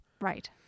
Right